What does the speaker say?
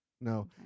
No